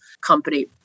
company